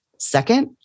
Second